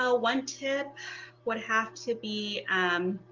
ah one tip would have to be